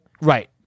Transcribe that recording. Right